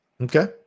okay